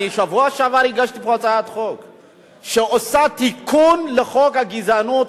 בשבוע שעבר הגשתי פה הצעת חוק שעושה תיקון לחוק הגזענות,